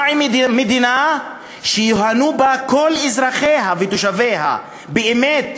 מה עם מדינה שייהנו בה כל אזרחיה ותושביה באמת,